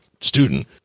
student